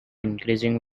increasing